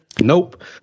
Nope